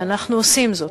ואנחנו עושים זאת,